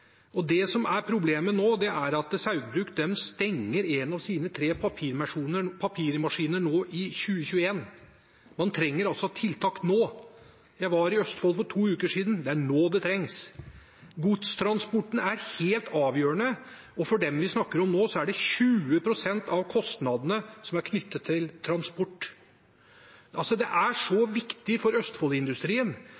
Det som er problemet nå, er at Norske Skog Saugbrugs stenger én av sine tre papirmaskiner i 2021. Man trenger altså tiltak nå. Jeg var i Østfold for to uker siden – det er nå det trengs. Godstransporten er helt avgjørende, og for dem vi snakker om nå, er 20 pst. av kostnadene knyttet til transport. Det er altså så